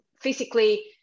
physically